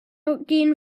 again